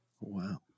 wow